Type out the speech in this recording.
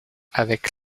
avec